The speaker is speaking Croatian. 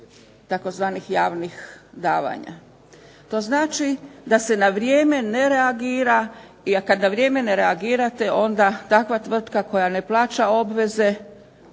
tzv. Javnih davanja. To znači da se na vrijeme ne reagira, a kada na vrijeme ne reagirati takva tvrtka koja ne plaća obveze